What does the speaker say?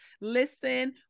listen